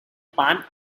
pan